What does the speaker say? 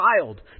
child